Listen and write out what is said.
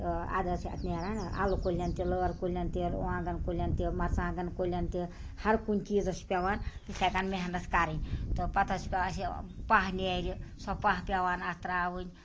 تہٕ اَدٕ حظ چھِ اَتھ نٮ۪ران اَلہٕ کُلیٚن تہِ لٲر کُلیٚن تہِ وانٛگَن کُلیٚن تہِ مَژٕرونٛگَن کُلیٚن تہِ ہر کُنہِ چیٖزَس چھِ پٮ۪وان اِتھٕے کَنہِ محنت کَرٕنۍ تہٕ پتہٕ حظ چھِ پٮ۪وان اَسہِ پہہ نٮ۪رِ سۄ پہہ پٮ۪وان اَتھ تراوٕنۍ